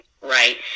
right